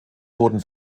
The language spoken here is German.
wurden